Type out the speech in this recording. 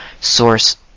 source